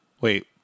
Wait